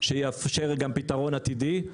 שיאפשר גם פתרון עתידי.